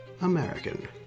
American